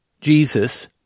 Jesus